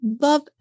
love